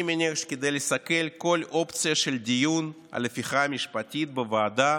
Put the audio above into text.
אני מניח שכדי לסכל כל אופציה של דיון על הפיכה משפטית בוועדה